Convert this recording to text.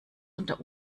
unter